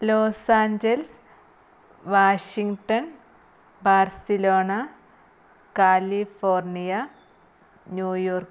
los-angeles Washington Barcelona California New York